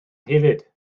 hefyd